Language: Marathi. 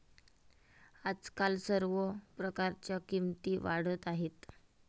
आजकाल सर्व प्रकारच्या किमती वाढत आहेत